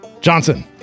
Johnson